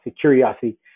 curiosity